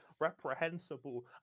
reprehensible